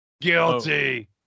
Guilty